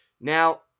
Now